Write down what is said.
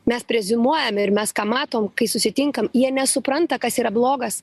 mes preziumuojam ir mes ką matom kai susitinkam jie nesupranta kas yra blogas